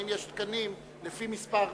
האם יש תקנים לפי מספר אוכלוסין?